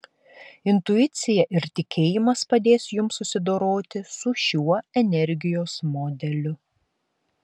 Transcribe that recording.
intuicija ir tikėjimas padės jums susidoroti su šiuo energijos modeliu